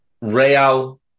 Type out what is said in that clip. Real